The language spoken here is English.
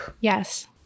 Yes